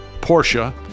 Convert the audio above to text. Porsche